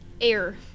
Air